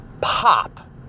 pop